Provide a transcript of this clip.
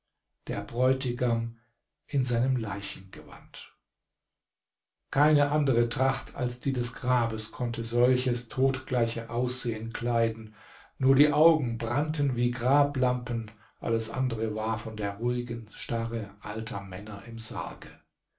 der bräutigam in seinem leichengewand keine andere tracht als die des grabes konnte solches totgleiche aussehen kleiden nur die augen brannten wie grablampen alles andere war von der ruhigen starre alter männer im sarge